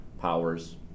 powers